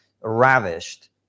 ravished